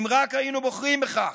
אם רק היינו בוחרים בכך.